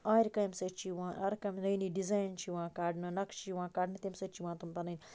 آرِ کامہِ سۭتۍ چھُ یِوان آرِ کامہ نٔے نٔے ڈِزایِن چھِ یِوان کَڑنہٕ نَقشہِ چھِ یِوان کَڈنہٕ تمہِ سۭتۍ چھِ یِوان تِم پَننۍ